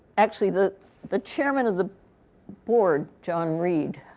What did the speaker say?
actually, the the chairman of the board, john reed,